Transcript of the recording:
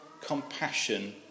compassion